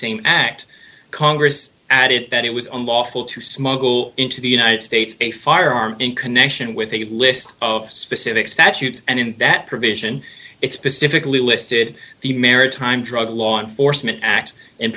same act congress added that it was on lawful to smuggle into the united states a firearm in connection with a list of specific statutes and in that provision it specifically listed the maritime drug law enforcement act